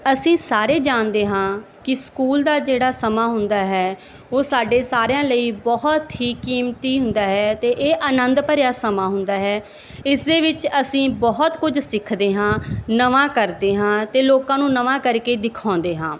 ਅਸੀਂ ਸਾਰੇ ਜਾਣਦੇ ਹਾਂ ਕਿ ਸਕੂਲ ਦਾ ਜਿਹੜਾ ਸਮਾਂ ਹੁੰਦਾ ਹੈ ਉਹ ਸਾਡੇ ਸਾਰਿਆਂ ਲਈ ਬਹੁਤ ਹੀ ਕੀਮਤੀ ਹੁੰਦਾ ਹੈ ਅਤੇ ਇਹ ਆਨੰਦ ਭਰਿਆ ਸਮਾਂ ਹੁੰਦਾ ਹੈ ਇਸ ਦੇ ਵਿੱਚ ਅਸੀਂ ਬਹੁਤ ਕੁਝ ਸਿੱਖਦੇ ਹਾਂ ਨਵਾਂ ਕਰਦੇ ਹਾਂ ਅਤੇ ਲੋਕਾਂ ਨੂੰ ਨਵਾਂ ਕਰਕੇ ਦਿਖਾਉਂਦੇ ਹਾਂ